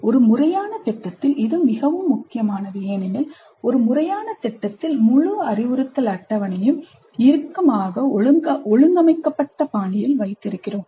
ஒரு முறையான திட்டத்தில் இது மிகவும் முக்கியமானது ஏனெனில் ஒரு முறையான திட்டத்தில் முழு அறிவுறுத்தல் அட்டவணையும் இறுக்கமாக ஒழுங்கமைக்கப்பட்ட பாணியில் வைத்திருக்கிறோம்